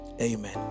Amen